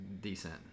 decent